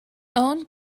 owned